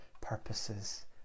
purposes